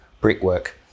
brickwork